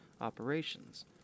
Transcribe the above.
operations